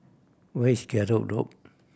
where is Gallop Road